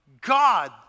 God